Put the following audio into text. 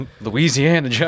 Louisiana